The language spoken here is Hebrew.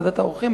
ועדת העורכים,